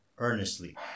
earnestly